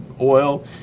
oil